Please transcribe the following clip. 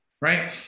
right